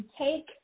take